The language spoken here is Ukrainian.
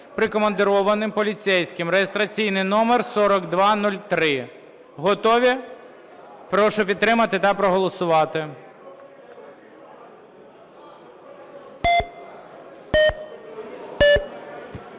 (прикомандированим) поліцейським) (реєстраційний номер 4203). Готові? Прошу підтримати та проголосувати.